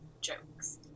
jokes